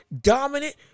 dominant